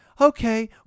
Okay